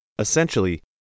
Essentially